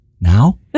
now